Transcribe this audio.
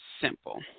simple